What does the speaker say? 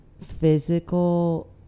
physical